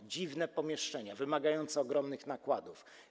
To dziwne pomieszczenia wymagające ogromnych nakładów.